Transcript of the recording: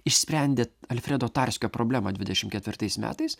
išsprendė alfredo tarskio problemą dvidešimt ketvirtais metais